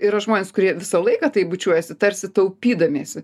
yra žmonės kurie visą laiką taip bučiuojasi tarsi taupydamiesi